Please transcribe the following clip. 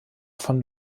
von